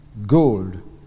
gold